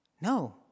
No